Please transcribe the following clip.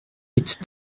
each